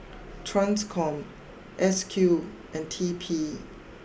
Transcom S Q and T P